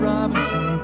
Robinson